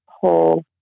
whole